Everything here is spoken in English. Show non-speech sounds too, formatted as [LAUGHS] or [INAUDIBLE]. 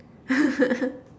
[LAUGHS]